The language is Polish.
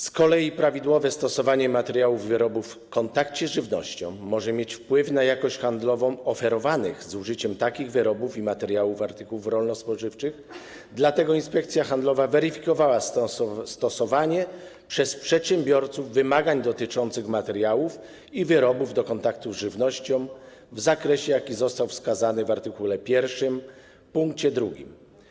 Z kolei prawidłowe stosowanie materiałów i wyrobów będących w kontakcie z żywnością może mieć wpływ na jakość handlową ofiarowanych z użyciem takich wyrobów i materiałów artykułów rolno-spożywczych, dlatego Inspekcja Handlowa weryfikowała stosowanie się przez przedsiębiorców do wymagań dotyczących materiałów i wyrobów przeznaczonych do kontaktu z żywnością w zakresie, jaki został wskazany w art. 1 pkt 2.